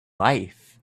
life